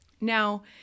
Now